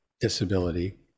disability